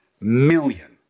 million